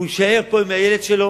הוא יישאר פה עם הילד שלו,